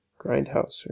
Grindhouse